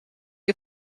you